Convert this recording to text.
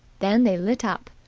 then they lit up.